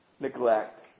Neglect